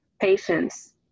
patients